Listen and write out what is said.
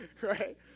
right